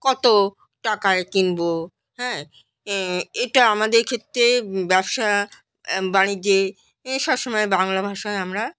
কত টাকায় কিনব হ্যাঁ এটা আমাদের ক্ষেত্রে ব্যবসা বাণিজ্যে সবসময় বাংলা ভাষায় আমরা